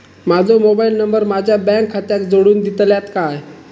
माजो mobile number माझ्या bank खात्याक जोडून दितल्यात काय?